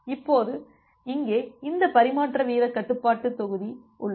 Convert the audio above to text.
இப்போது இங்கே இந்த பரிமாற்ற வீதக் கட்டுப்பாட்டு தொகுதி உள்ளது